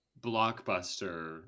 blockbuster